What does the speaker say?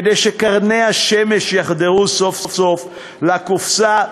כדי שקרני השמש יחדרו סוף-סוף לקופסה,